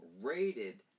rated